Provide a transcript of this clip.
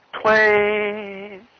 twain